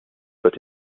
but